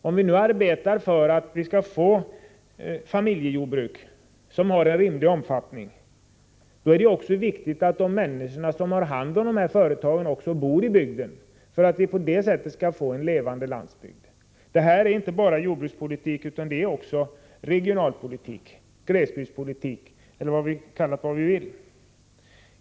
Om vi nu arbetar för att få familjejordbruk som har en rimlig omfattning, då är det också viktigt att människorna som har hand om de företagen bor i bygden, för att vi på det sättet skall få en levande landsbygd. Detta är inte bara jordbrukspolitik utan också regionalpolitik, glesbygdspolitik eller vad vi vill kalla det.